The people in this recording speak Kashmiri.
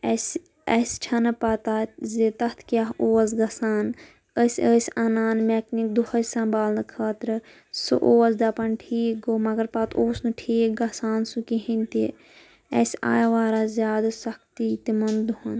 اسہِ اسہِ چھَنہٕ پتہ زِ تتھ کیٛاہ اوس گَژھان أسۍ ٲسۍ اَنان میٚکنِک دۄہے سمبھالنہٕ خٲطرٕ سُہ اوس دَپان ٹھیٖک گوٚو مگر پتہٕ اوس نہٕ ٹھیٖک گَژھان سُہ کِہیٖنۍ تہِ اسہِ آیہِ واریاہ زیادٕ سختی تِمن دۄہن